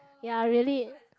ya really